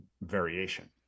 Variation